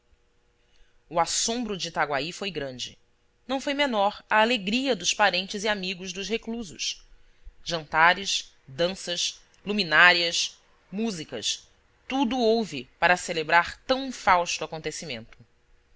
o assombro de itaguaí foi grande não foi menor a alegria dos parentes e amigos dos reclusos jantares danças luminárias músicas tudo houve para celebrar tão fausto acontecimento